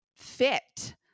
fit